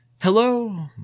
Hello